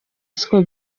siko